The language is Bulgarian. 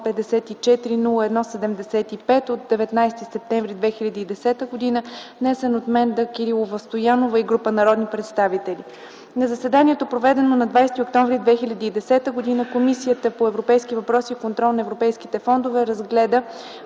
На заседанието, проведено на 20 октомври 2010 г., Комисията по европейските въпроси и контрол на европейските фондове разгледа